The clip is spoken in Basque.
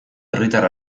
herritar